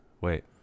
Wait